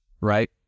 right